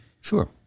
Sure